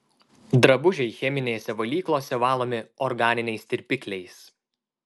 drabužiai cheminėse valyklose valomi organiniais tirpikliais